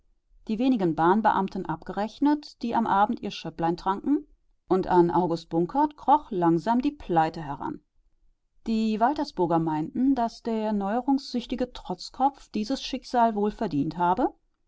die wenigen bahnbeamten abgerechnet die am abend ihr schöpplein tranken und an august bunkert kroch langsam die pleite heran die waltersburger meinten daß der neuerungssüchtige trotzkopf dieses schicksal wohl verdient habe